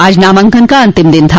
आज नामांकन का अंतिम दिन था